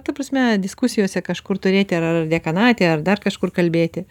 ta prasme diskusijose kažkur turėti ar dekanate ar dar kažkur kalbėti